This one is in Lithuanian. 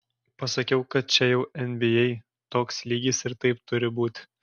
pasakiau kad čia jau nba toks lygis ir taip turi būti